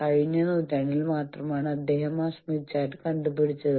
കഴിഞ്ഞ നൂറ്റാണ്ടിൽ മാത്രമാണ് അദ്ദേഹം ആ സ്മിത്ത് ചാർട്ട് കണ്ടുപിടിച്ചത്